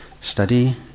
study